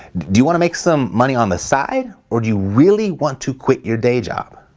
do you want to make some money on the side or do you really want to quite your day job?